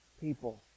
people